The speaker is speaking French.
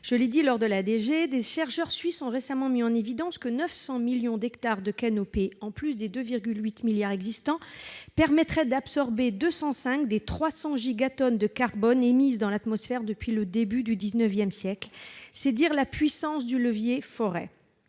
de la discussion générale, des chercheurs suisses ont récemment mis en évidence que 900 millions d'hectares de canopée, en plus des 2,8 milliards d'hectares existants, permettraient d'absorber 205 des 300 gigatonnes de carbone émises dans l'atmosphère depuis le début du XIX siècle. C'est dire la puissance du levier de